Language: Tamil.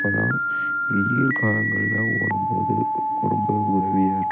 அப்போ தான் வெயில் காலங்களில் ஓடும் போது ரொம்ப உதவியாக இருக்கும்